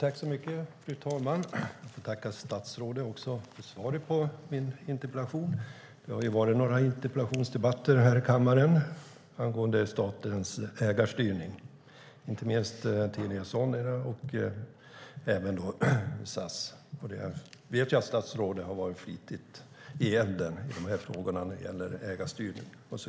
Fru talman! Jag tackar statsrådet för svaret på min interpellation. Det har varit några interpellationsdebatter här i kammaren angående statens ägarstyrning, inte minst när det gäller Telia Sonera och SAS. Jag vet att statsrådet har varit flitigt i elden i dessa frågor om ägarstyrning.